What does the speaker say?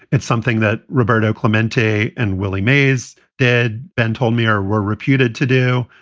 it's something that roberto clemente and willie mays did. ben told me are were reputed to do.